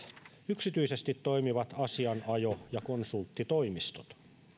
yksityisesti toimivat asianajo ja konsulttitoimistot